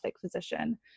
physician